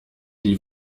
die